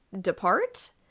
depart